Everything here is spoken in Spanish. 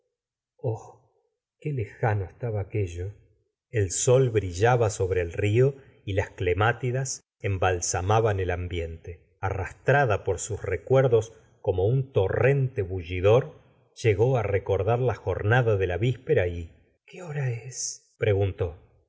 qué lejano estaba aquello el sol brillaba sobre el rio y las clemátidas e m balsamaban el ambiente arrastrada por sus recuerdos como por un torrente bullidor llegó á re cordar ja jornada de la víspera y qué hora es preguntó